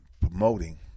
promoting